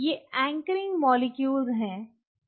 ये anchoring molecules हैं